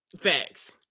facts